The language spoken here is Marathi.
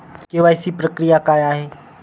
के.वाय.सी प्रक्रिया काय आहे?